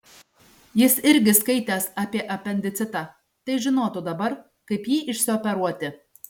jis irgi skaitęs apie apendicitą tai žinotų dabar kaip jį išsioperuoti